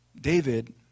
David